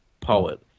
poet